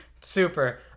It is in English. Super